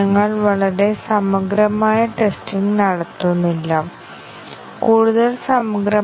അതിനാൽ black box testing ഉപയോഗിച്ച് കോഡിൽ ട്രോജനുകൾ ഉണ്ടോ എന്ന് പരിശോധിക്കുന്നത് അസാധ്യമാണ്